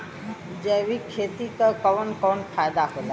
जैविक खेती क कवन कवन फायदा होला?